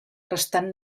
restant